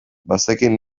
bazekien